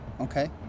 Okay